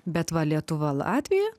bet va lietuva latvija